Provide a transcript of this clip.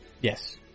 yes